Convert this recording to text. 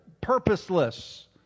purposeless